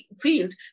field